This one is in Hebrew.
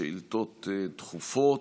שאילתות דחופות.